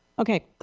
okay.